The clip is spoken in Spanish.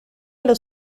los